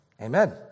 amen